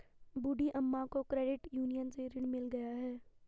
बूढ़ी अम्मा को credit union से ऋण मिल गया है